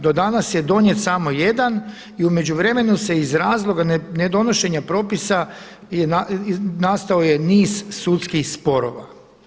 Do danas je donijet samo jedan i u međuvremenu se iz razloga nedonošenja propisa nastao je niz sudskih sporova.